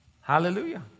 Hallelujah